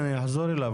אני אחזור אליו.